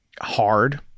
hard